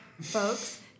folks